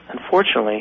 Unfortunately